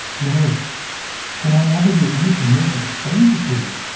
nora can i never be anything more than a stranger to you?